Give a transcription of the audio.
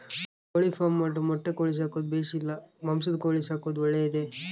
ಕೋಳಿಫಾರ್ಮ್ ಮಾಡಲು ಮೊಟ್ಟೆ ಕೋಳಿ ಸಾಕೋದು ಬೇಷಾ ಇಲ್ಲ ಮಾಂಸದ ಕೋಳಿ ಸಾಕೋದು ಒಳ್ಳೆಯದೇ?